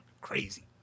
crazy